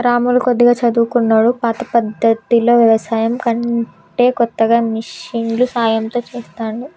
రాములు కొద్దిగా చదువుకున్నోడు పాత పద్దతిలో వ్యవసాయం కంటే కొత్తగా మిషన్ల సాయం తో చెస్తాండు